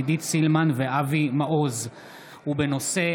עידית סילמן ואבי מעוז בנושא: